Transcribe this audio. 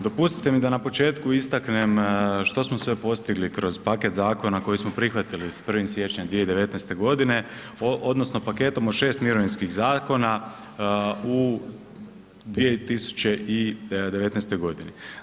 Dopustite mi da na početku istaknem što smo sve postigli kroz paket zakona koji smo prihvatili s 1. siječnja 2019. godine odnosno o paketu od šest mirovinskih zakona u 2019. godini.